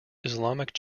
islamic